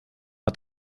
hat